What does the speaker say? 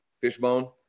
Fishbone